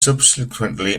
subsequently